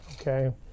okay